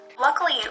Luckily